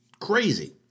crazy